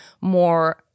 more